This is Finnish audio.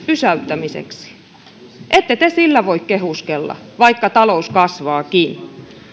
pysäyttämiseksi ette te sillä voi kehuskella vaikka talous kasvaakin